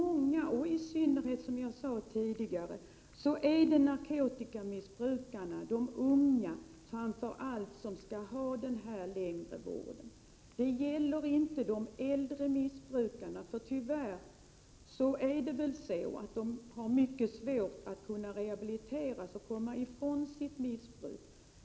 Det är i synnerhet narkotikamissbrukarna, framför allt de unga, som skall ha den längre vården. Det gäller inte de äldre missbrukarna, som det tyvärr är mycket svårt att rehabilitera och få att sluta med sitt missbruk.